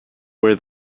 wear